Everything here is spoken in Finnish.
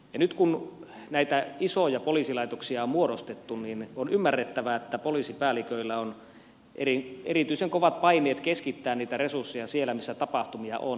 nyt kun näitä isoja poliisilaitoksia on muodostettu niin on ymmärrettävää että poliisipäälliköillä on erityisen kovat paineet keskittää niitä resursseja siellä missä tapahtumia on